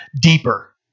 deeper